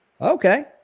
Okay